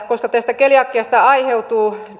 koska tästä keliakiasta aiheutuu